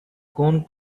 cone